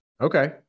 Okay